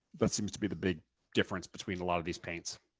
that seems to be the big difference between a lot of these paints.